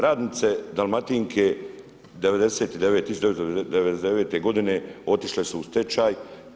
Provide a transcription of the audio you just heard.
Radnice Dalmatinke 1999. godine otišle su u stečaj.